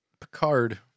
Picard